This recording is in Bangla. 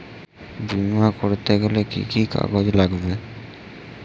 বিমা করতে কি কি কাগজ লাগবে?